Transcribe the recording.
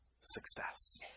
success